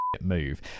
move